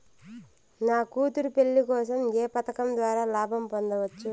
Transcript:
నా కూతురు పెళ్లి కోసం ఏ పథకం ద్వారా లాభం పొందవచ్చు?